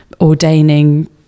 ordaining